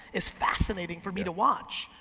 is fascinating for me to watch.